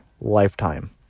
lifetime